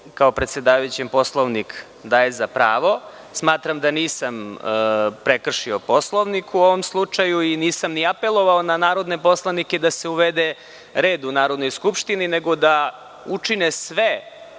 kao predsedavajućem Poslovnik daje za pravo. Smatram da nisam prekršio Poslovnik u ovom slučaju i nisam ni apelovao na narodne poslanike da se uvede red u Narodnoj skupštini, nego da učine sve